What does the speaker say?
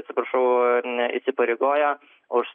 atsiprašau įsipareigoja už